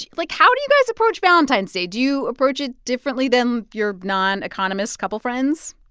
like, how do you guys approach valentine's day? do you approach it differently than your non-economist couple friends?